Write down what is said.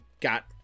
got